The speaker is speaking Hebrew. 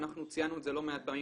ואנחנו ציינו את זה לא מעט פעמים,